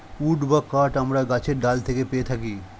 would বা কাঠ আমরা গাছের ডাল থেকেও পেয়ে থাকি